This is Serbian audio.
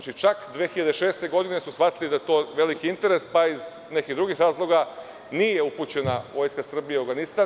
Čak 2006. godine smo shvatili da je to veliki interes, ali iz nekih drugih razloga nije upućena Vojska Srbije u Avganistan.